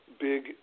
big